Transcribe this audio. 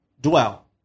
dwell